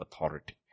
authority